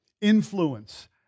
influence